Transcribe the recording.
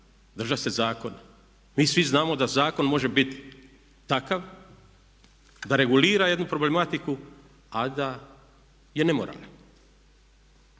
držat se zakona. Mi svi znamo da zakon može biti takav da regulira jednu problematiku a da je nemoralan.